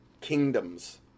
kingdoms